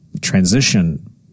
transition